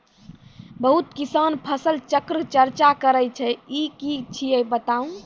बहुत किसान फसल चक्रक चर्चा करै छै ई की छियै बताऊ?